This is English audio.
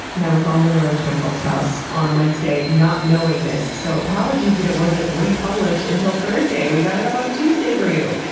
and i was on the road to my folks' house on wednesday not knowing this, so apologies that it wasn't republished until thursday we got it up on tuesday for you.